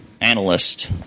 analyst